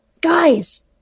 guys